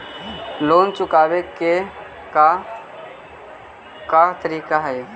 Loan चुकावे के का का तरीका हई?